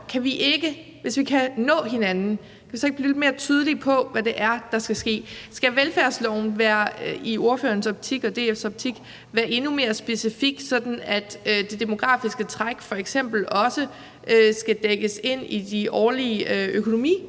kan vi ikke – hvis vi kan nå hinanden – blive lidt mere tydelige på, hvad det er, der skal ske? Skal velfærdsloven i ordførerens optik og i DF's optik være endnu mere specifik, sådan at det demografiske træk f.eks. også skal dækkes ind i de årlige økonomiforhandlinger